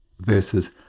versus